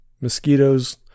Mosquitoes